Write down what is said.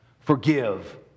Forgive